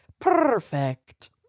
perfect